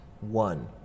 one